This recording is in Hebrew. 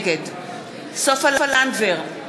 נגד סופה לנדבר,